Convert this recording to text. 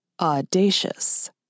Audacious